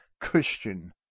Christian